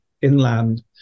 inland